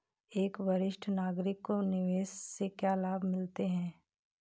एक वरिष्ठ नागरिक को निवेश से क्या लाभ मिलते हैं?